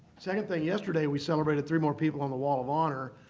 second thing, yesterday we celebrated three more people on the wall of honor.